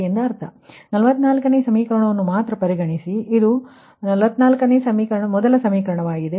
44 ನೇ ಸಮೀಕರಣವನ್ನು ಮಾತ್ರ ಪರಿಗಣಿಸಿ ಇದು 44 ರ ಈ ಮೊದಲ ಸಮೀಕರಣವಾಗಿದೆ